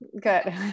good